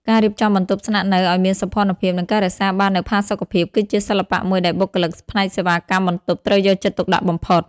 ការរៀបចំបន្ទប់ស្នាក់នៅឱ្យមានសោភ័ណភាព និងការរក្សាបាននូវផាសុកភាព គឺជាសិល្បៈមួយដែលបុគ្គលិកផ្នែកសេវាកម្មបន្ទប់ត្រូវយកចិត្តទុកដាក់បំផុត។